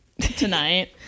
tonight